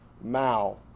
Mao